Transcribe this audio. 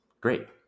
great